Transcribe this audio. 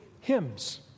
Hymns